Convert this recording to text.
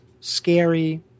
scary